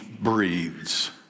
breathes